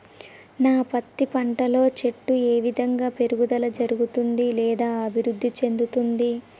నా పత్తి పంట లో చెట్టు ఏ విధంగా పెరుగుదల జరుగుతుంది లేదా అభివృద్ధి చెందుతుంది?